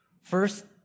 First